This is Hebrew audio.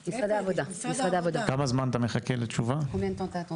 אתה כן, אתה לא.